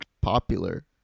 popular